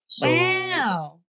wow